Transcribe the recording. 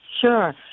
Sure